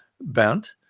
bent